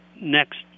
next